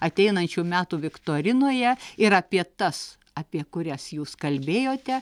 ateinančių metų viktorinoje ir apie tas apie kurias jūs kalbėjote